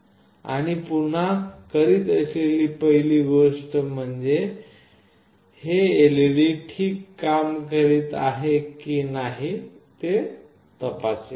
आणि मी पुन्हा करत असलेली पहिली गोष्ट म्हणजे मी हे LED ठीक काम करत आहे की नाही ते तपासेल